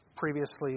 Previously